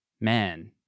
man